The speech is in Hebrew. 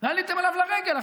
ועליתם אליו לרגל.